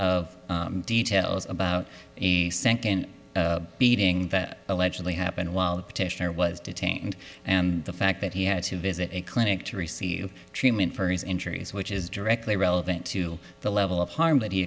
of details about a beating that allegedly happened while the petitioner was detained and the fact that he had to visit a clinic to receive treatment for his injuries which is directly relevant to the level of harm that he